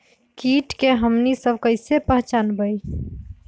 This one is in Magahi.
किट के हमनी सब कईसे पहचान बई?